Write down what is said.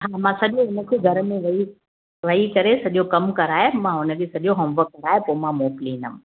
हा मां सॼो मूंखे घर में वेही वेही करे सॼो कमु कराए मां हुनजे सॼो होमवर्क कराए पोइ मां मोकिलींदमि